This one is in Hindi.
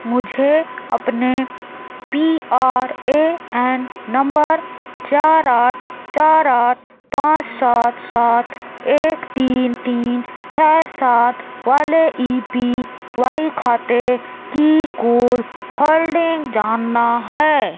मुझे अपने P R A N number चार आठ चार आठ पाँच सात सात एक तीन तीन छ सात वाले ई पी वाई खाते की कुल होल्डिंग जानना है